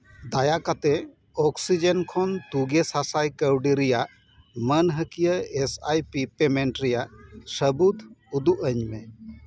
ᱫᱟᱭᱟ ᱠᱟᱛᱮᱫ ᱚᱠᱥᱤᱡᱮᱱ ᱠᱷᱚᱱ ᱛᱩᱜᱮ ᱥᱟᱥᱟᱭ ᱠᱟᱹᱣᱰᱤ ᱨᱮᱭᱟᱜ ᱢᱟᱹᱱᱦᱟᱹᱠᱤᱭᱟᱹ ᱮᱥ ᱟᱭ ᱯᱤ ᱯᱮᱢᱮᱱᱴ ᱨᱮᱭᱟᱜ ᱥᱟᱹᱵᱩᱫ ᱩᱫᱩᱜ ᱟᱹᱧᱢᱮ